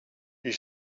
you